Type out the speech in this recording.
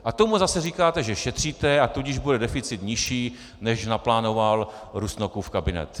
A tomu zase říkáte, že šetříte, a tudíž bude deficit nižší, než naplánoval Rusnokův kabinet.